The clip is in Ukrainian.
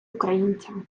українцям